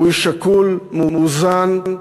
הוא איש שקול, מאוזן,